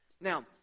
Now